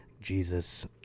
Jesus